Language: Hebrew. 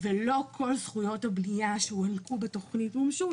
ולא כל זכויות הבנייה שהוענקו בתוכנית מומשו,